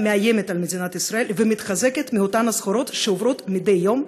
מאיימת על מדינת ישראל ומתחזקת מאותן הסחורות שעוברות מדי יום,